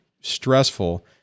stressful